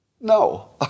No